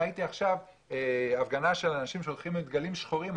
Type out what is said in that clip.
ראיתי עכשיו הפגנה של אנשים שהולכים עם דגלים שחורים.